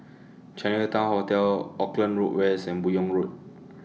Chinatown Hotel Auckland Road West and Buyong Road